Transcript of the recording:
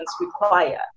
require